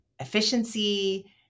efficiency